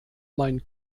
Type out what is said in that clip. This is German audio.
mein